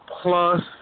plus